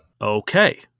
Okay